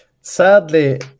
Sadly